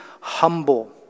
humble